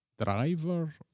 driver